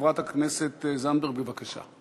חברת הכנסת זנדברג, בבקשה.